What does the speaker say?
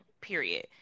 period